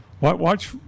watch